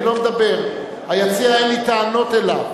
אני לא מדבר, היציע, אין לי טענות אליו.